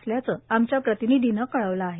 असल्याच आमच्या प्रतिनिधीनं कळवलं आहे